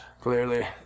Clearly